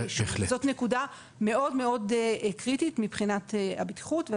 זאת נקודה מאוד-מאוד קריטית מבחינת הבטיחות.